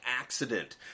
accident